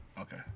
Okay